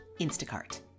Instacart